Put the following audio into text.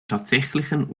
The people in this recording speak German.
tatsächlichen